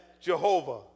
Jehovah